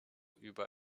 über